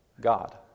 God